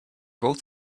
both